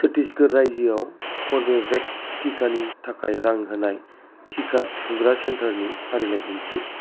छट्टिसगड़ रायजोआव कर्वेभेक्स टिकानि थाखाय रां होनाय टिका थुग्रा सेन्टारनि फारिलाइ दिन्थि